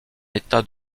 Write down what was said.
état